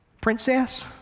princess